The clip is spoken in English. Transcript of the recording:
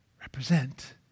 represent